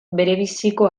berebiziko